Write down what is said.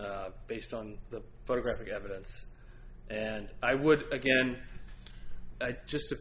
them based on the photographic evidence and i would again i just